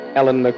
Ellen